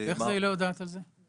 איך היא לא יודעת על זה?